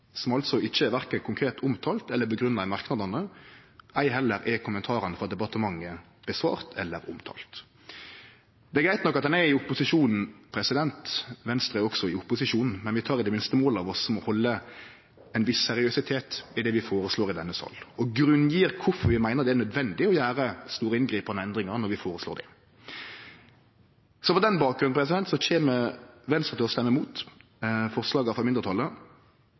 som altså ikkje er verken konkret omtalte eller grunngjevne i merknadene. Ei heller er kommentarane frå departementet svarte på eller omtalte. Det er greitt nok at ein er i opposisjon. Venstre er også i opposisjon, men vi tek i det minste mål av oss til å halde ein viss seriøsitet i det vi føreslår i denne sal, og grunngjev kvifor vi meiner det er nødvendig å gjere store inngrep og endringar, når vi føreslår dei. Så på den bakgrunnen kjem Venstre til å stemme imot forslaga frå mindretalet.